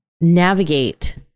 navigate